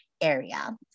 area